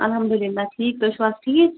الحمداللہ ٹھیٖک تُہۍ چھِو حظ ٹھیٖک